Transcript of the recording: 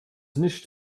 nicht